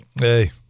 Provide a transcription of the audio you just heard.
Hey